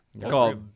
Called